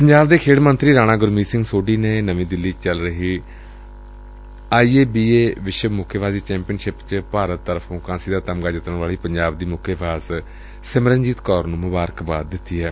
ਪੰਜਾਬ ਦੇ ਖੇਡ ਮੰਤਰੀ ਰਾਣਾ ਗੁਰਮੀਤ ਸਿੰਘ ਸੋਢੀ ਨੇ ਨਵੀਂ ਦਿੱਲੀ ਵਿਖੇ ਚੱਲ ਰਹੀ ਆਈਏਬੀਏ ਵਿਸ਼ਵ ਮੁੱਕੇਬਾਜ਼ੀ ਚੈਂਪੀਅਨਸ਼ਿਪ ਵਿੱਚ ਭਾਰਤ ਤਰਫੋਂ ਕਾਂਸੀ ਦਾ ਤਮਗਾ ਜਿੱਤਣ ਵਾਲੀ ਪੰਜਾਬ ਦੀ ਮੁੱਕੇਬਾਜ਼ ਸਿਮਰਨਜੀਤ ਕੌਰ ਨੂੰ ਮੁਬਾਰਕਬਾਦ ਦਿੱਤੀ ਏ